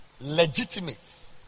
Legitimate